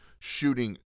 shooting